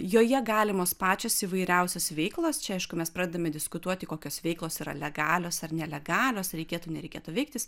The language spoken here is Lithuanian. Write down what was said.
joje galimos pačios įvairiausios veiklos čia aišku mes pradedame diskutuoti kokios veiklos yra legalios ar nelegalios reikėtų nereikėtų veiktis